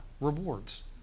rewards